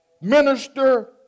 minister